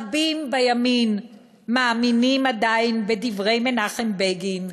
רבים בימין מאמינים עדיין בדברי מנחם בגין,